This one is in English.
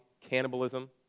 cannibalism